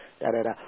da-da-da